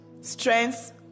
strengths